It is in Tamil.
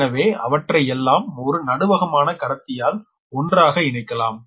எனவே அவற்றை எல்லாம் ஒரு நடுவகமான கடத்தியால் ஒன்றாக இணைக்கலாம்